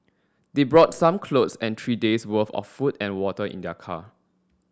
they brought some clothes and three days' worth of food and water in their car